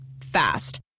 Fast